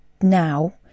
now